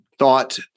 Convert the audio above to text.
Thought